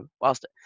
whilst